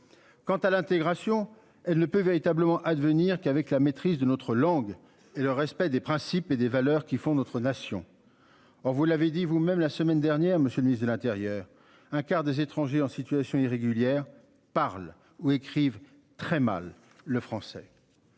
Quant à l'intégration, elle ne peut véritablement à devenir qu'avec la maîtrise de notre langue et le respect des principes et des valeurs qui font notre nation. Alors vous l'avez dit vous-même la semaine dernière, monsieur le ministre de l'Intérieur. Un quart des étrangers en situation irrégulière parlent ou écrivent très mal le français.--